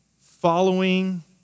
following